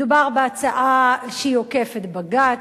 מדובר בהצעה עוקפת-בג"ץ,